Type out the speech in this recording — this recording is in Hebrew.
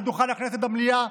על דוכן הכנסת במליאה,